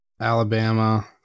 Alabama